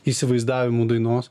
įsivaizdavimu dainos